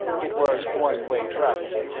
it was one-way traffic.